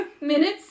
minutes